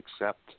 accept